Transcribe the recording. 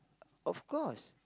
of course